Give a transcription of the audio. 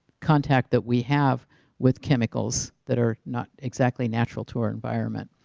contact that we have with chemicals that are not exactly natural to our environment.